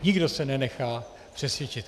Nikdo se nenechá přesvědčit.